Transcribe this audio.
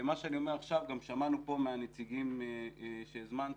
עכשיו שמענו את הנציגים שהזמנת,